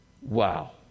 Wow